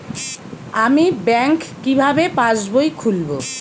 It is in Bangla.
আমি ব্যাঙ্ক কিভাবে পাশবই খুলব?